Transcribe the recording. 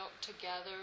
together